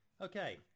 Okay